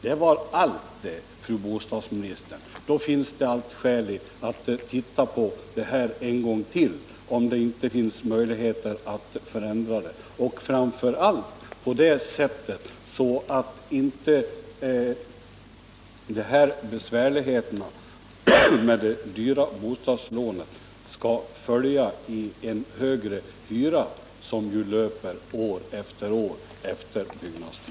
Det var allt, fru bostadsministern. Då finns det verkligen skäl att titta en gång till på om det inte finns möjligheter att förändra systemet, framför allt så att inte besvärligheterna med de dyra bostadslånen skall fortsätta i en högre hyra, som ju löper år efter år efter byggnadstiden.